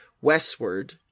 Westward